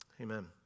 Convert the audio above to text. Amen